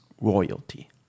royalty